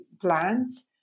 plants